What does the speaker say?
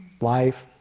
Life